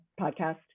podcast